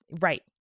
Right